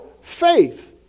faith